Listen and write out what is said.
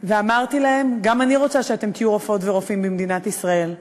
ואמרתי להם: גם אני רוצה שתהיו רופאות ורופאים במדינת ישראל,